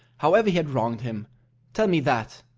however he had wronged him tell me that.